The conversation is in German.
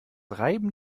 reiben